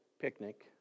picnic